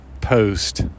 post